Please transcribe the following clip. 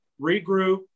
regroup